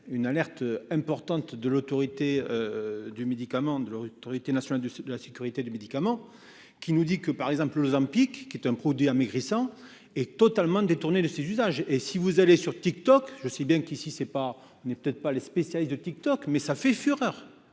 Du médicament de l'Autorité nationale de sud de la sécurité du médicament qui nous dit que par exemple l'Ozempic qui est un produit amaigrissant et totalement détournée de ses usages. Et si vous allez sur TikTok. Je sais bien qu'ici ce pas n'est peut-être pas les spécialistes de TikTok mais ça fait fureur.